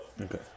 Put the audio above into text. Okay